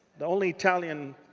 the only italian